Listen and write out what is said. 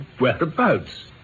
Whereabouts